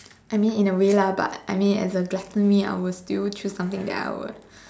I mean in a way lah but I mean as a gluttony I will still choose something that I will